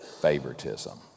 favoritism